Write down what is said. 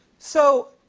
so,